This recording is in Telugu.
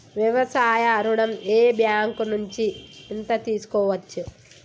వ్యవసాయ ఋణం ఏ బ్యాంక్ నుంచి ఎంత తీసుకోవచ్చు?